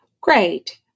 Great